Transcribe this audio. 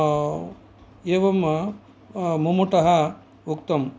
एवं मम्मटः उक्तम्